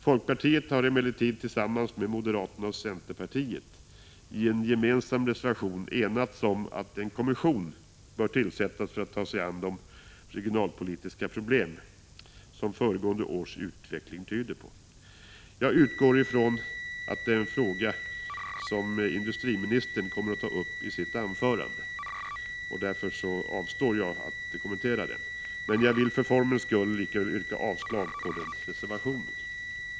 Folkpartiet har emellertid tillsammans med moderaterna och centerpartiet i en gemensam reservation enats om att en kommission bör tillsättas för att ta sig an de regionalpolitiska problem som föregående års utveckling tyder på. Jag utgår från att industriministern kommer att ta upp den frågan i sitt anförande. Därför avstår jag från att nu kommentera detta. För formens skull yrkar jag likväl avslag även på den reservationen.